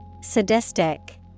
Sadistic